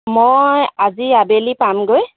মই আজি আবেলি পামগৈ